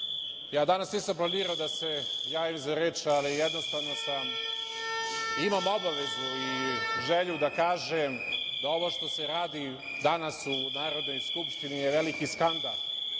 ja danas nisam planirao da se javim za reč, ali imamo obavezu i želju da kažem da ovo što se radi danas u Narodnoj Skupštini je veliki skandal